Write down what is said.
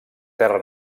terra